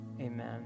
Amen